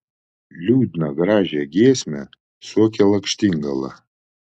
liūdną gražią giesmę suokė lakštingala